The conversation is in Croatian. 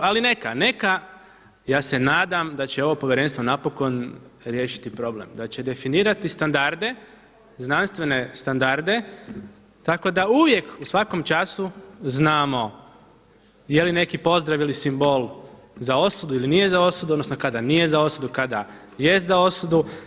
Ali neka, neka, ja se nadam da će ovo povjerenstvo napokon riješiti problem, da će definirati standarde, znanstvene standarde tako da uvijek u svakom času znamo je li neki pozdrav ili simbol za osudu ili nije za osudu, odnosno kada nije za osudu, kada jest za osudu.